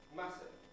massive